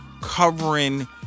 covering